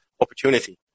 opportunity